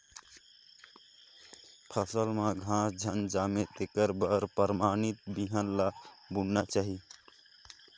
फसल में घास झन जामे तेखर बर परमानित बिहन ल बुनना चाही